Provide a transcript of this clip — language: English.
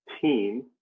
team